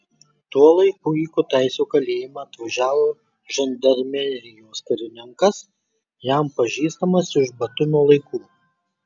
tuo laiku į kutaisio kalėjimą atvažiavo žandarmerijos karininkas jam pažįstamas iš batumio laikų